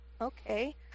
okay